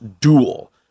duel